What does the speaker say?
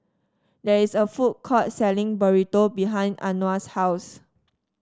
there is a food court selling Burrito behind Anwar's house